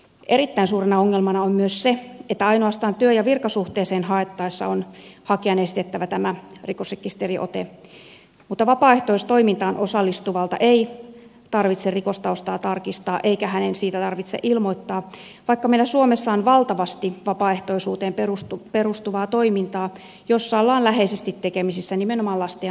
erittäin suurena ongelmana on myös se että ainoastaan työ ja virkasuhteeseen haettaessa on hakijan esitettävä tämä rikosrekisteriote mutta vapaaehtoistoimintaan osallistuvalta ei tarvitse rikostaustaa tarkistaa eikä hänen siitä tarvitse ilmoittaa vaikka meillä suomessa on valtavasti vapaaehtoisuuteen perustuvaa toimintaa jossa ollaan läheisesti tekemisissä nimenomaan lasten ja nuorten kanssa